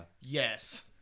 Yes